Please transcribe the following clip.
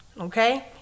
okay